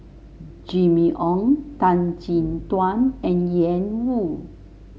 Jimmy Ong Tan Chin Tuan and Ian Woo